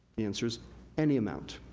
answer's any amount.